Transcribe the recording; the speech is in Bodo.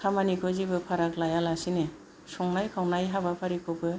खामानिखौ जेबो फाराग लायालासेनो संनाय खावनाय हाबाफारिखौबो